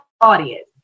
audience